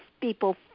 people